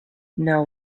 now